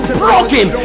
broken